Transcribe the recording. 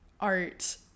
art